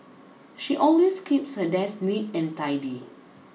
she always keeps her desk neat and tidy